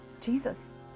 Jesus